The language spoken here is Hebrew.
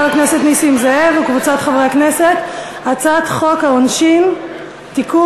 היא הצעת חוק העונשין (תיקון,